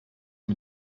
mit